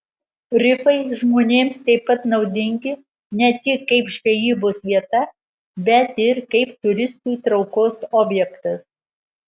rifai žmonėms taip pat naudingi ne tik kaip žvejybos vieta bet ir kaip turistų traukos objektas